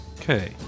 okay